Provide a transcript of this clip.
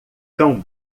cão